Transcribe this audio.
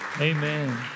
amen